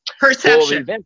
perception